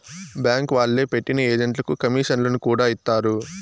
bank వాళ్లే పెట్టిన ఏజెంట్లకు కమీషన్లను కూడా ఇత్తారు